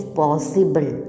possible